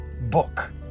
book